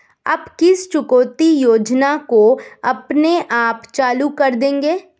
आप किस चुकौती योजना को अपने आप चालू कर देंगे?